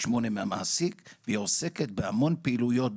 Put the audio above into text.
0.8 מהמעסיק והיא עוסקת בהמון פעילויות,